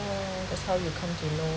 mm that's how you come to me